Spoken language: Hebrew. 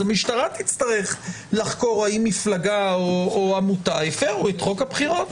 אז המשטרה תצטרך לחקור האם מפלגה או עמותה הפרו את חוק הבחירות,